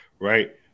right